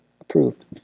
approved